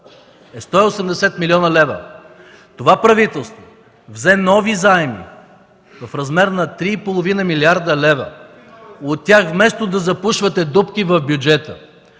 е 180 млн. лв. Това правителство взе нови заеми в размер на 3,5 млрд. лв. От тях вместо да запушвате дупки в бюджета,